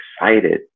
excited